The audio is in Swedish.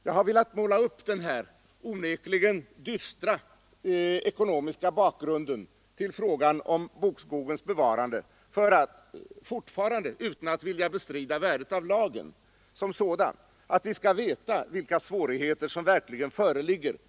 Jag har velat måla upp den här onekligen dystra ekonomiska bakgrunden till frågan om bokskogens bevarande — fortfarande utan att bestrida värdet av lagen som sådan — för att vi skall veta vilka svårigheter som verkligen föreligger.